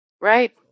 right